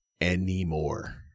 anymore